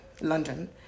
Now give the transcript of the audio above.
London